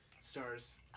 stars